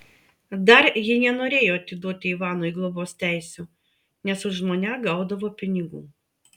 dar ji nenorėjo atiduoti ivanui globos teisių nes už mane gaudavo pinigų